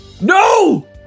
No